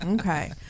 Okay